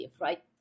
right